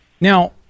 Now